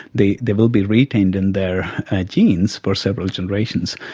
they they will be retained in their genes for several generations.